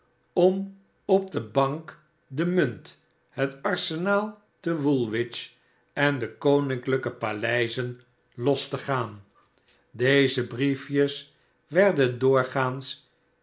om op de bank de munt het arsenaal te woolwich en de koninklijke paleizen los te gaan deze briefjes werden doorgaans